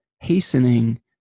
hastening